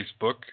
Facebook